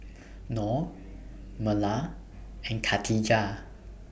Nor Melur and Khatijah